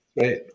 Right